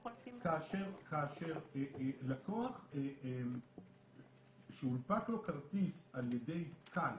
כאשר ללקוח שהונפק לו כרטיס על ידי כאל,